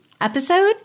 episode